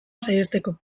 saihesteko